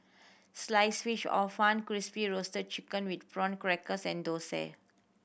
Sliced Fish Hor Fun Crispy Roasted Chicken with Prawn Crackers and dosa